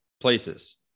places